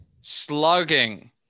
Slugging